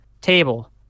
table